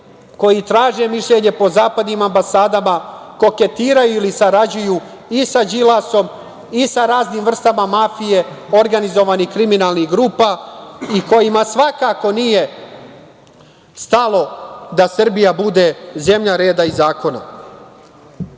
koji traže mišljenje po zapadnim ambasadama, koketiraju ili sarađuju i sa Đilasom, i sa raznim vrstama mafije, organizovanih kriminalnih grupa i kojima svakako nije stalo da Srbija bude zemlja reda i zakona. Pred